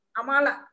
amala